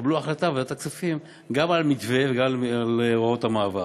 ותקבלו החלטה בוועדת הכספים גם על המתווה וגם על הוראות המעבר.